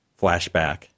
flashback